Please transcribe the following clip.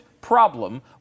problem